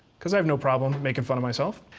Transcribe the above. because i have no problem making fun of myself.